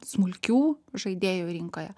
smulkių žaidėjų rinkoje